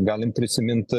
galim prisimint